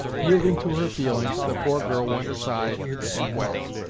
yielding to her feelings, the poor girl went aside and wept.